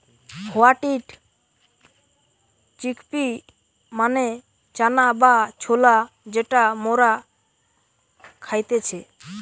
white chickpea মানে চানা বা ছোলা যেটা মরা খাইতেছে